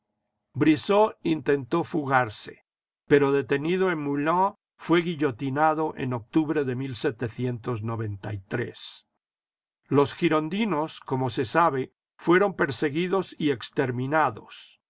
brissot intentó fugarse pero detenido en moulins fué guillotinado en octubre de los girondinos como se sabe fueron perseguidos y exterminados